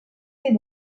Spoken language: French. s’est